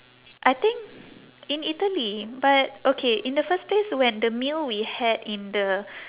I think in italy but okay in the first place when the meal we had in the